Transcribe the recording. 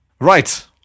Right